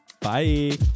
Bye